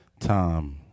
time